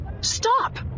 Stop